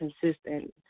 consistent